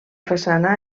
façana